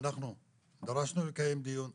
אנחנו דרשנו לקיים דיון,